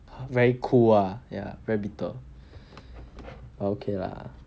very 苦 ah ya very bitter okay lah